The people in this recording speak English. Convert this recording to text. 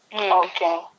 Okay